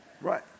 Right